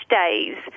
days